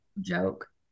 Joke